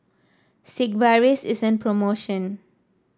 Sigvaris is an promotion